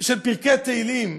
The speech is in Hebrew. של פרקי תהילים.